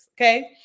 okay